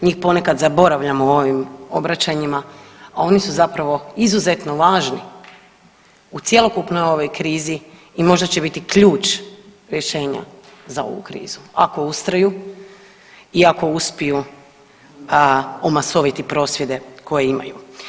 Njih ponekad zaboravljamo u ovim obraćanjima, a oni su zapravo izuzetno važni u cjelokupnoj ovoj krizi i možda će biti ključ rješenja za ovu krizu ako ustraju i ako uspiju omasoviti prosvjede koje imaju.